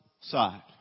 side